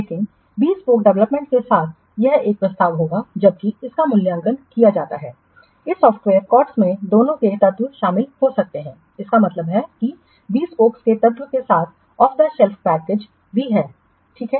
लेकिन bespoke development के साथ यह एक प्रस्ताव होगा जबकि इसका मूल्यांकन किया जाता है इस सॉफ़्टवेयर COTS में दोनों के तत्व शामिल हो सकते हैं इसका मतलब है कि बीस्पोक के तत्वों के साथ साथ ऑफ द शेल्फ पैकेज तत्व ठीक है